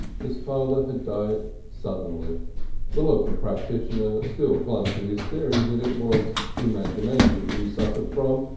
his father had died suddenly the local practitioner still clung to his theory that it was imagination he suffered from,